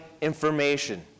information